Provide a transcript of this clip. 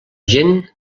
gent